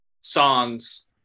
songs